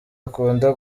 akunda